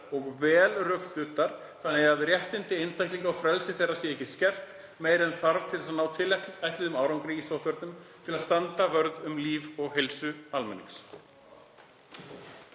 og vel rökstuddar þannig að réttindi einstaklinga og frelsi þeirra sé ekki skert meira en þarf til að ná tilætluðum árangri í sóttvörnum til að standa vörð um líf og heilsu almennings.